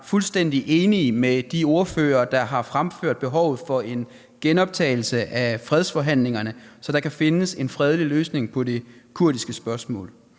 fuldstændig enig med de ordførere, der har fremført behovet for en genoptagelse af fredsforhandlingerne, så der kan findes en fredelig løsning på det kurdiske spørgsmål.